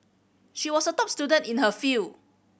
she was a top student in her field